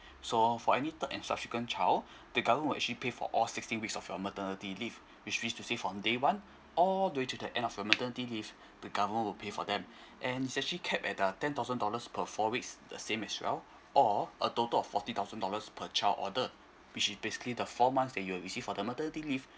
so for any third and subsequent child the government will actually pay for all sixteen weeks of your maternity leave which means to say from day one all the way to the end of your maternity leave the government will pay for them and it's actually capped at the ten thousand dollars per four weeks the same as well or a total of forty thousand dollars per child order which is basically the four months that you will receive for the maternity leave